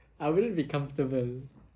I wouldn't be comfortable